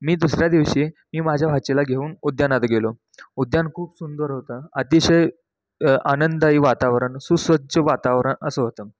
मी दुसऱ्या दिवशी मी माझ्या भाचीला घेऊन उद्यानात गेलो उद्यान खूप सुंदर होतं अतिशय आनंदायी वातावरण सुसज्ज वातावरण असं होतं